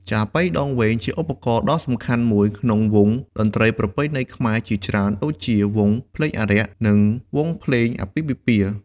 ចាប៉ីដងវែងជាឧបករណ៍ដ៏សំខាន់មួយក្នុងវង់តន្ត្រីប្រពៃណីខ្មែរជាច្រើនដូចជាវង់ភ្លេងអារក្ស និងវង់ភ្លេងអាពាហ៍ពិពាហ៍។